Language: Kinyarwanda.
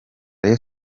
rayon